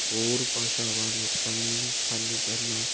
ਹੋਰ ਭਾਸ਼ਾਵਾਂ ਨੂੰ ਸਮ ਸਾਨੂੰ ਪਹਿਲਾਂ